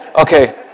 Okay